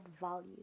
value